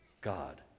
God